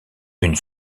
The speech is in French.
une